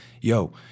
yo